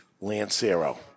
Lancero